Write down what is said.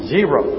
Zero